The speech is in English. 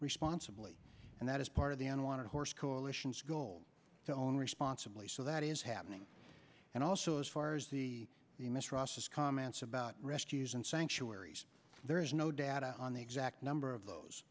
responsibly and that is part of the animal on a horse coalition's goal to own responsibly so that is happening and also as far as the the miss ross comments about rescues and sanctuaries there is no data on the exact number of those